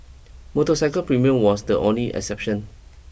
motorcycle premium was the only exception